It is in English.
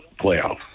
playoffs